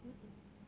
mm mm